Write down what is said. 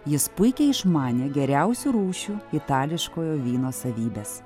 jis puikiai išmanė geriausių rūšių itališkojo vyno savybes